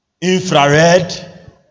infrared